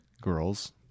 Girls